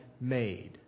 made